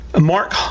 Mark